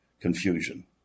confusion